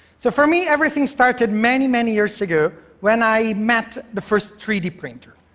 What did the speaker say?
so for me, everything started many, many years ago when i met the first three d printer.